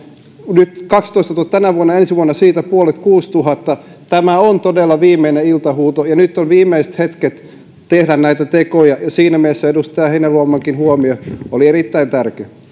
nyt kahtenatoistatuhantena tänä vuonna ja ensi vuonna siitä puolet kuusituhatta tämä on todella viimeinen iltahuuto ja nyt on viimeiset hetket tehdä näitä tekoja ja siinä mielessä edustaja heinäluomankin huomio oli erittäin tärkeä